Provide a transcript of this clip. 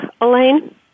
Elaine